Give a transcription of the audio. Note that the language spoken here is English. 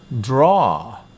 draw